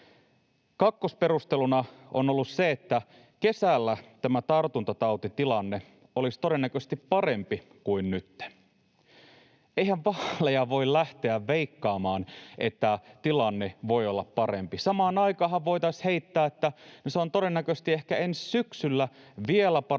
Kakkosperusteluna on ollut se, että kesällä tämä tartuntatautitilanne olisi todennäköisesti parempi kuin nytten. Eihän vain voi lähteä veikkaamaan, että tilanne voi olla parempi. Samaan aikaanhan voitaisiin heittää, että no, se on todennäköisesti ehkä ensi syksyllä vielä parempi